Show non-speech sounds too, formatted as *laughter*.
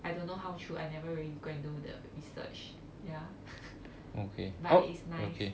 I don't know how true I never really go and do the research ya *laughs* but is nice